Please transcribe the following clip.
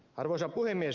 arvoisa puhemies